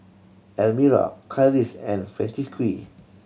Elmyra Karis and Francisqui